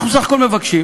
אנחנו בסך הכול מבקשים